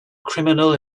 criminal